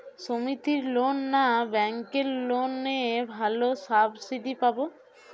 সমিতির লোন না ব্যাঙ্কের লোনে ভালো সাবসিডি পাব?